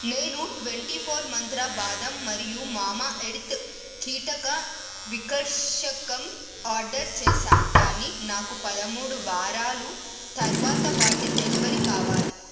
నేను twenty four మంత్ర బాదం మరియు మామా ఎర్త్ కీటక వికర్షకం ఆడ్డర్ చేసా కానీ నాకు పదమూడు వారాలు తర్వాత వాటి డెలివరీ కావాలి